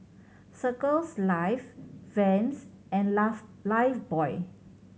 Circles Life Vans and Laugh Lifebuoy